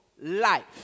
life